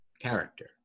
character